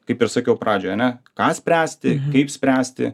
kaip ir sakiau pradžioj ane ką spręsti kaip spręsti